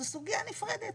זו סוגיה נפרדת.